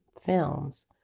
films